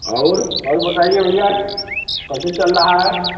और और बताइए भइया कैसे चल रहा है